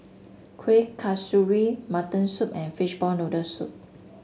Kuih Kasturi Mutton Soup and Fishball Noodle Soup